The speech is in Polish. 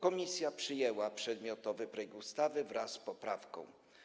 Komisja przyjęła przedmiotowy projekt ustawy wraz z poprawką.